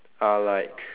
are like